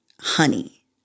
honey